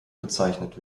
bezeichnet